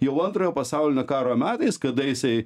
jau antrojo pasaulinio karo metais kada jisai